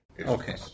Okay